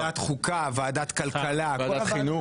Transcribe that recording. ועדת חוקה, ועדת כלכלה, ועדת חינו ך.